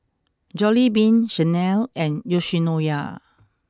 Jollibean Chanel and Yoshinoya